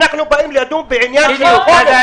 אנחנו באים לדון בעניין רציני.